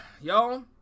y'all